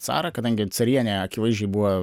carą kadangi carienė akivaizdžiai buvo